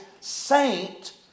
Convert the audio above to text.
saint